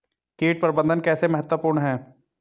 कीट प्रबंधन कैसे महत्वपूर्ण है?